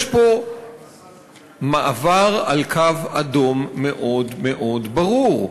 יש פה מעבר על קו אדום מאוד מאוד ברור,